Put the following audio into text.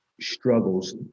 struggles